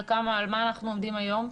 על כמה אנחנו עומדים היום?